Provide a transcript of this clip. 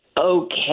Okay